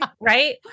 Right